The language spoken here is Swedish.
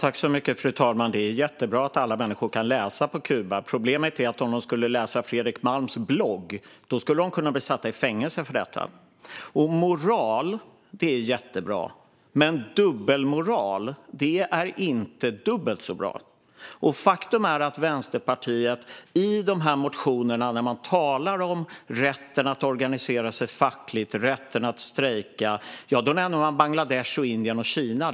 Fru talman! Det är jättebra att alla människor kan läsa på Kuba. Problemet är att om de skulle läsa Fredrik Malms blogg skulle de kunna bli satta i fängelse för detta. Moral är jättebra, men dubbelmoral är inte dubbelt så bra. Faktum är att Vänsterpartiet i de motioner där man talar om rätten att organisera sig fackligt och rätten att strejka nämner Bangladesh, Indien och Kina.